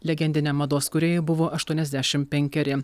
legendiniam mados kūrėjai buvo aštuoniasdešimt penkeri